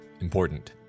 important